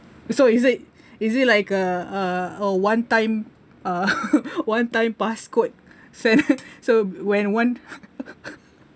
so is it is it like a a a one time uh one time pass code say so when one